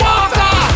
Water